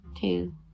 two